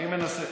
אני אענה לך.